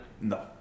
No